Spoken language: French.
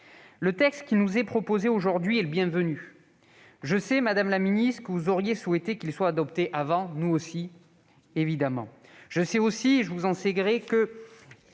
Le texte qui nous est proposé aujourd'hui est le bienvenu. Je sais, madame la ministre, que vous auriez souhaité qu'il soit adopté plus tôt ; nous aussi, évidemment. Je sais aussi, et je vous en sais gré, que